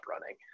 running